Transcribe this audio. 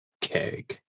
keg